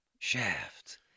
Shaft